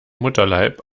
mutterleib